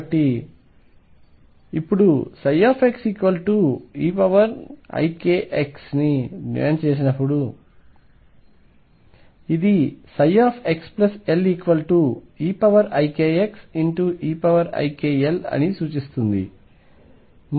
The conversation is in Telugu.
కాబట్టి మనం ఇప్పుడు xeikx ని డిమాండ్ చేసినప్పుడు ఇది xLeikxeikL అని సూచిస్తుంది